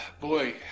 boy